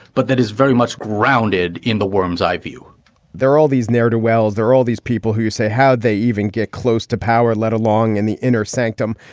but that is very much grounded in the worm's i view there are all these ne'er-do-well, there are all these people who say how they even get close to power, let along in the inner sanctum.